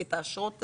את האשרות עבורם,